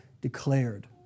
declared